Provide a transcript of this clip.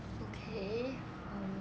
okay um